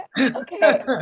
Okay